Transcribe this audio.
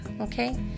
Okay